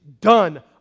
done